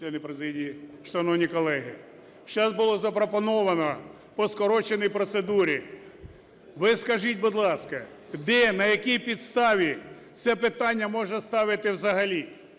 члени президії, шановні колеги, сейчас було запропоновано по скороченій процедурі. Ви скажіть, будь ласка, де, на якій підставі це питання можна ставити взагалі?